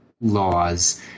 laws